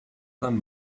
them